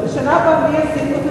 בשנה הבאה את מי ישימו?